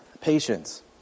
patience